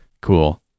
Cool